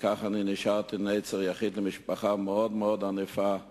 וכך נשארתי נצר יחיד למשפחה מאוד ענפה ברומניה,